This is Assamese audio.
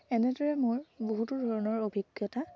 এনেদৰে মোৰ বহুতো ধৰণৰ অভিজ্ঞতা